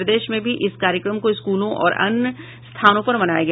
प्रदेश में भी इस कार्यक्रम को स्कूलों और अन्य स्थानों पर मनाया गया